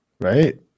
Right